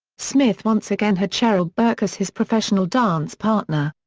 smith once again had cheryl burke as his professional dance partner.